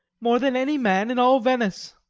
more than any man in all venice.